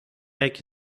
egg